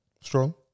Strong